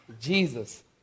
jesus